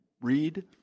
read